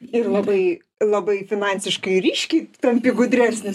ir labai labai finansiškai ryškiai tampi gudresnis